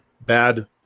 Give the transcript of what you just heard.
bad